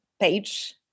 page